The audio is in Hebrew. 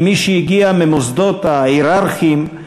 כמי שהגיע ממוסדות הייררכיים,